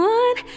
one